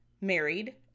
married